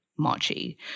mochi